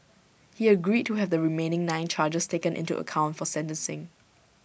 he agreed to have the remaining nine charges taken into account for sentencing